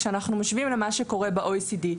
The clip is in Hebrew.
כאשר אנחנו משווים למה שקורה ב-OECD,